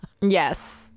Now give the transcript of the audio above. Yes